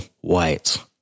white